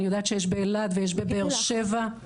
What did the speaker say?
אני יודעת שיש באילת ויש בבאר שבע.